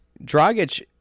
Dragic